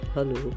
Hello